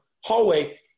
hallway